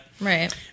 Right